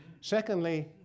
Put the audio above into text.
Secondly